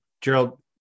Gerald